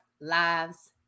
Lives